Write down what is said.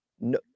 No